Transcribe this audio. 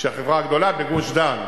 שהיא החברה הגדולה בגוש-דן,